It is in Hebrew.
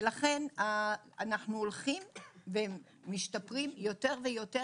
ולכן אנחנו הולכים ומשתפרים יותר ויותר,